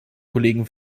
kollegen